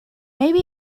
maybe